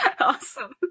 Awesome